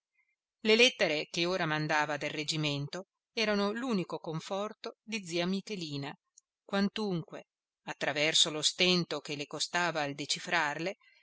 le lettere che ora mandava dal reggimento erano l'unico conforto di zia michelina quantunque attraverso lo stento che le costava il decifrarle